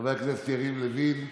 חבר הכנסת יריב לוין,